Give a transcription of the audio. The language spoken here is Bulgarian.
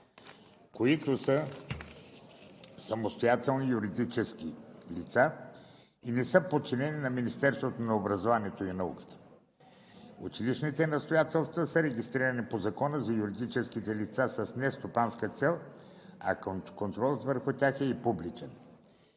които са самостоятелни юридически лица и не са подчинени на Министерството на образованието и науката. Училищните настоятелства са регистрирани по Закона за юридическите лица с нестопанска цел, а контролът върху тях е и публичен.